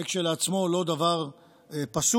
זה כשלעצמו לא דבר פסול,